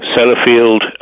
Sellafield